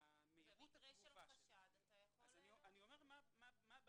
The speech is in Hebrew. מהירות התגובה --- במקרה של חשד אתה יכול --- אני אומר מה הבעיה,